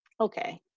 okay